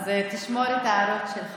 אז תשמור את ההערות שלך